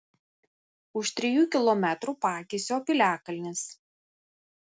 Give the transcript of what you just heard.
už trijų kilometrų pakisio piliakalnis